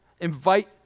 invite